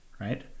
Right